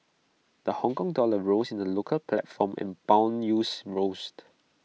the Hongkong dollar rose in the local platform and Bond yields roast